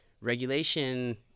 Regulation